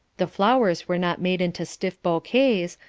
the flowers were not made into stiff bouquets,